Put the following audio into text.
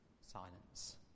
silence